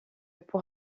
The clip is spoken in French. pour